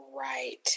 right